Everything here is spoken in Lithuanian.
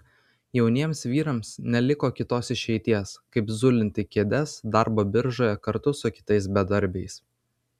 jauniems vyrams neliko kitos išeities kaip zulinti kėdes darbo biržoje kartu su kitais bedarbiais